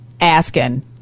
asking